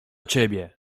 ciebie